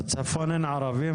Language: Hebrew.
בצפון אין ערבים,